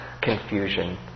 confusion